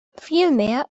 vielmehr